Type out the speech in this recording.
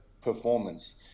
Performance